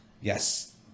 yes